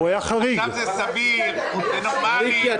עכשיו זה סביר, זה נורמלי?